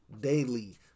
daily